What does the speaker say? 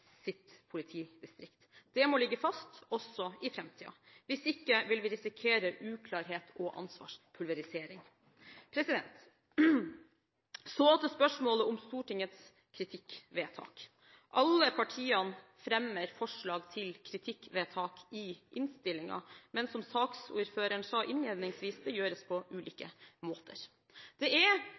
sitt politidistrikt. Det må ligge fast, også i framtiden. Hvis ikke vil vi risikere uklarhet og ansvarspulverisering. Så til spørsmålet om Stortingets kritikkvedtak. Alle partiene fremmer forslag til kritikkvedtak i innstillingen, men som saksordføreren sa innledningsvis, gjøres det på ulike måter. Det er